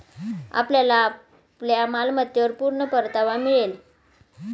आपल्याला आपल्या मालमत्तेवर पूर्ण परतावा मिळेल